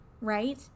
right